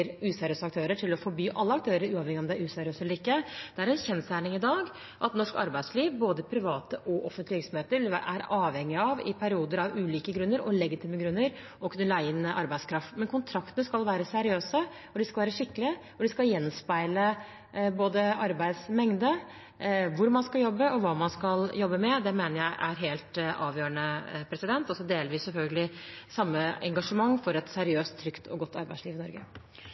useriøse aktører, til å forby alle aktører, uavhengig av om de er useriøse eller ikke. Det er en kjensgjerning i dag at norsk arbeidsliv, både private og offentlige virksomheter, er avhengig av i perioder, av ulike grunner og legitime grunner, å kunne leie inn arbeidskraft. Men kontraktene skal være seriøse, de skal være skikkelige, og de skal gjenspeile både arbeidets mengde, hvor man skal jobbe, og hva man skal jobbe med. Det mener jeg er helt avgjørende. Så deler vi selvfølgelig det samme engasjementet for et seriøst, trygt og godt arbeidsliv i Norge.